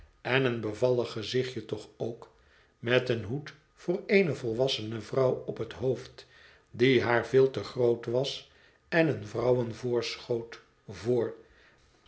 en een bevallig gezichtje toch ook met een hoed voor eene volwassene vrouw op het hoofd die haar veel te groot was en een vrouwenvoorschoot voor